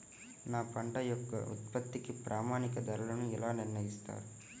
మా యొక్క పంట ఉత్పత్తికి ప్రామాణిక ధరలను ఎలా నిర్ణయిస్తారు?